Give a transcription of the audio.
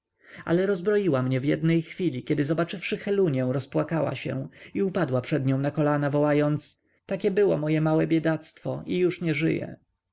ale rozbroiła mnie w jednej chwili kiedy zobaczywszy helunię rozpłakała się i upadła przed nią na kolana wołając takie było moje małe biedactwo i już nie żyje